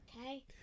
okay